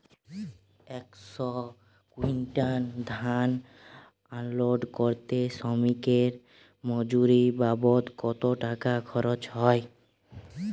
একশো কুইন্টাল ধান আনলোড করতে শ্রমিকের মজুরি বাবদ কত টাকা খরচ হয়?